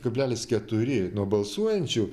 kablelis keturi nuo balsuojančių